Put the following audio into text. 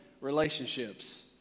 relationships